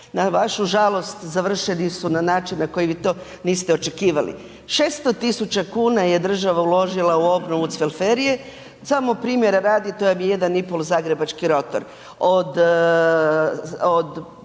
na vašu žalost završeni su na način na koji vi to niste očekivali. Šesto tisuća kuna je država uložila u obnovu Cvelferije, samo primjera radi to vam je jedan i pol zagrebački rotor.